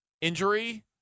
injury